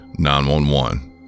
911